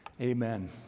Amen